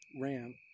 RAM